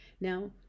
Now